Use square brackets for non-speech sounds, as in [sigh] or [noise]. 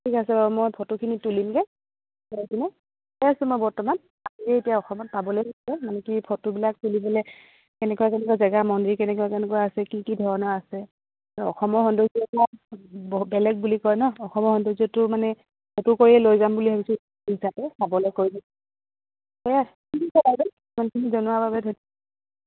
ঠিক আছে বাৰু মই ফটোখিনি তুলিমগৈ [unintelligible] আছোঁ মই বৰ্তমান [unintelligible] এতিয়া অসমত পাবলৈ হৈছে মানে কি ফটোবিলাক তুলিবলৈ কেনেকুৱা কেনেকুৱা জেগা মন্দিৰ কেনেকুৱা কেনেকুৱা আছে কি কি ধৰণৰ আছে অসমৰ সৌন্দৰ্য্য় [unintelligible] বেলেগ বুলি কয় নহ্ অসমৰ সৌন্দৰ্যটো মানে ফটো কৰিয়ে লৈ যাম বুলি ভাবিছোঁ চিন হিচাপে চাবলৈ কৰিবলৈ সেয়াই ঠিক আছে বাইদেউ ইমানখিনি জনোৱাৰ বাবে ধন্য়বাদ